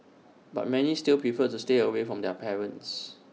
but many still preferred to stay away from their parents